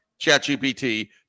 ChatGPT